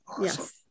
yes